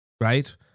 right